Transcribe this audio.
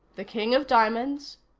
the king of diamonds.